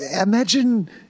imagine